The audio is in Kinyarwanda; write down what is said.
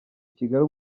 kigali